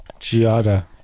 Giada